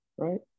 right